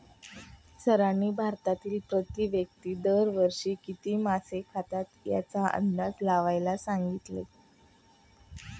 सरांनी भारतातील प्रति व्यक्ती दर वर्षी किती मासे खातात याचा अंदाज लावायला सांगितले?